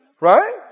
Right